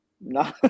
No